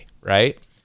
right